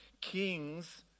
kings